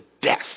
death